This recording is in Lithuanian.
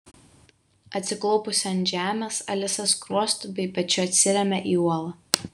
atsiklaupusi ant žemės alisa skruostu bei pečiu atsiremia į uolą